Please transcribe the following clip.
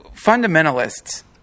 fundamentalists